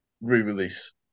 re-release